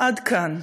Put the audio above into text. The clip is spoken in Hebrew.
עד כאן.